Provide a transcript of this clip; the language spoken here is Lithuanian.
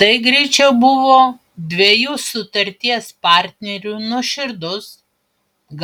tai greičiau buvo dviejų sutarties partnerių nuoširdus